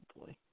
boy